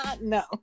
No